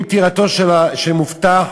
עם פטירתו של מבוטח,